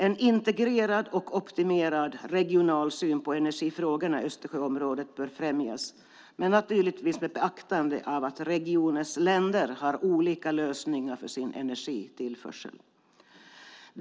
En integrerad och optimerad regional syn på energifrågorna i Östersjöområdet bör främjas, naturligtvis med beaktande av att regionens länder har olika lösningar för sin energitillförsel.